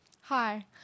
Hi